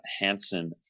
hansen